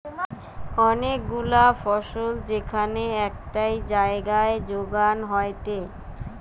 অনেক গুলা ফসল যেখান একটাই জাগায় যোগান হয়টে